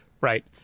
Right